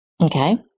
Okay